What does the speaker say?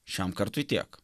šiam kartui tiek